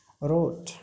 wrote